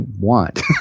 want